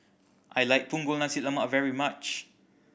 I like Punggol Nasi Lemak very much